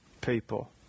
people